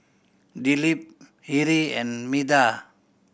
Dilip Hri and Medha